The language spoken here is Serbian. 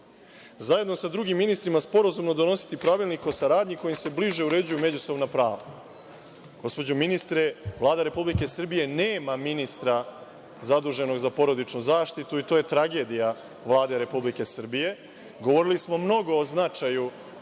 zajedno sa drugim ministrima, sporazumno donositi pravilnik o saradnji kojim se bliže uređuju međusobna prava. Gospođo ministre, Vlada Republike Srbije nema ministra zaduženog za porodičnu zaštitu, i to je tragedija Vlade Republike Srbije. Govorili smo mnogo o značaju osnivanja,